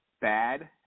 bad